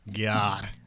god